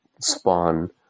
spawn